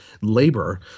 labor